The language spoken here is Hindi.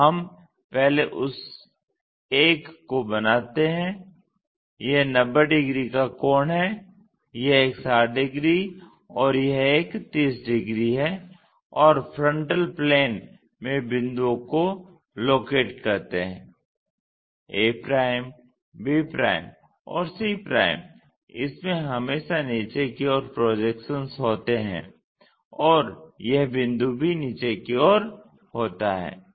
तो हम पहले उस एक को बनाते हैं यह 90 डिग्री का कोण है यह एक 60 डिग्री और यह एक 30 डिग्री है और फ्रंटल प्लेन में बिंदुओं को लोकेट करते है a b और c इसमें हमेशा नीचे की ओर प्रोजेक्शंस होते है और यह बिंदु भी नीचे की ओर होता है